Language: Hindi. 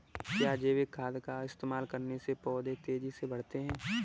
क्या जैविक खाद का इस्तेमाल करने से पौधे तेजी से बढ़ते हैं?